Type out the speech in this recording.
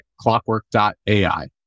clockwork.ai